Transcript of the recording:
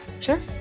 sure